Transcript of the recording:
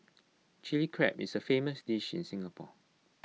Chilli Crab is A famous dish in Singapore